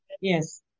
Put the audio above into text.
yes